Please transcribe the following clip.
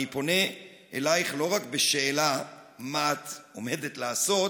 אני פונה אלייך לא רק בשאלה מה את עומדת לעשות,